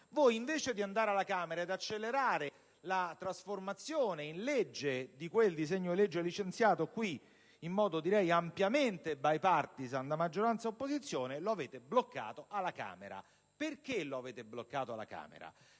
Voi, invece di andare alla Camera e accelerare la trasformazione in legge di quel disegno di legge licenziato in questa sede in modo ampiamente *bipartisan* da maggioranza e opposizione, lo avete bloccato alla Camera. Perché lo avete fatto?